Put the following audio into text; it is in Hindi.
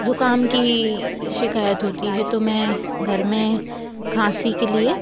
ज़ुकाम की ही शिकायत होती है तो मैं घर में खाँसी के लिए